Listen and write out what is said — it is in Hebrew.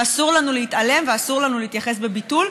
ואסור לנו להתעלם ואסור לנו להתייחס בביטול,